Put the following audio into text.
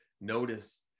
Notice